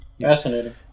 Fascinating